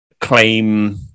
claim